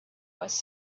was